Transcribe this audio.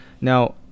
Now